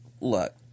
look